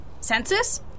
Census